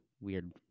weird